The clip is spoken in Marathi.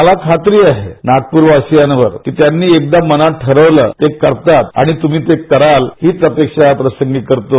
मला खात्री आहे नागपूरवासीयांवर कि त्यांनी एकदा मनात ठरवलं ते करतात आणि तृम्ही पण कराल ही अपेक्षा या प्रसंगी करतो